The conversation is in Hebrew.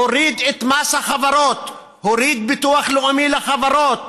הוריד את מס החברות, הוריד ביטוח לאומי לחברות,